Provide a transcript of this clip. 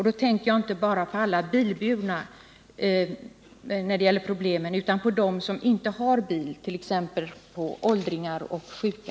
Då tänker jag främst på problemen för dem som inte har bil, t.ex. åldringar och sjuka.